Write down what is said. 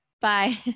bye